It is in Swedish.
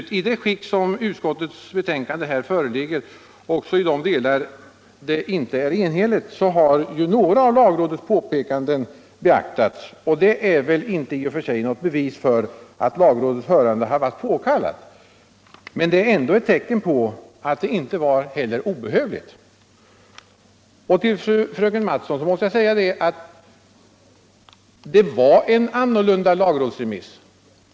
I utskottets betänkande som det nu föreligger — och också i de delar där det inte är enhälligt — har ju några av lagrådets påpekanden beaktats. Det är väl inte i och för sig något bevis för att lagrådets hörande har varit påkallat. Men det är ändå ett tecken på att det inte heller var obehövligt. Till fröken Mattson måste jag säga att det var en annorlunda lagrådsremiss.